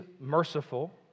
merciful